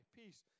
peace